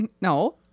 No